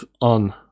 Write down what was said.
on